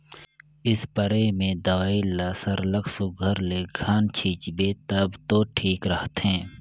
spray में दवई ल सरलग सुग्घर ले घन छींचबे तब दो ठीक रहथे